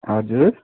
हजुर